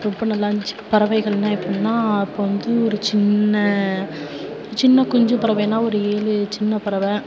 ரொம்ப நல்லா இருந்துச்சு பறவைகள்னால் எப்பட்னா இப்போ வந்து ஒரு சின்ன சின்ன குஞ்சி பறவைனால் ஒரு ஏழு சின்ன பறவை